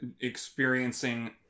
experiencing